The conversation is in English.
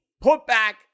put-back